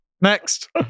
Next